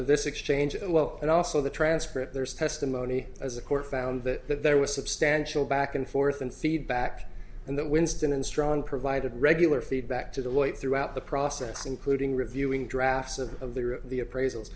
this exchange as well and also the transcript there's testimony as a court found that that there was substantial back and forth and feedback and that winston and strawn provided regular feedback to the lloyd throughout the process including reviewing drafts of the appraisals